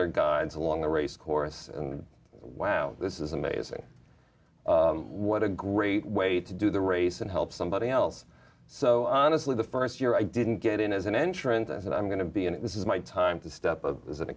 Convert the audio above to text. their guides along the racecourse and wow this is amazing what a great way to do the race and help somebody else so honestly the st year i didn't get in as an entrance and i'm going to be and this is my time to step up as an